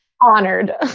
Honored